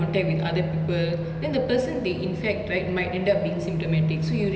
some more on top of that it's airborne so sometimes you don't even have to be in close proximity to a person